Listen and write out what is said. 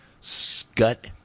Scut